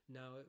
now